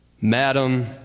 Madam